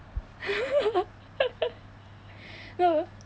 no